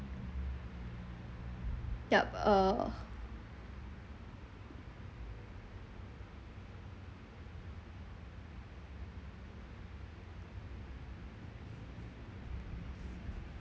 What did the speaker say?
ya uh